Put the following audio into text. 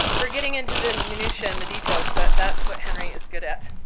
um we're getting into the minutia on the details, but that's what henry is good at.